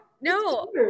no